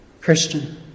Christian